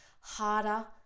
harder